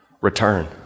Return